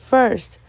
First